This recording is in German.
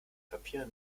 papier